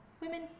women